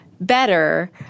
better